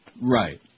Right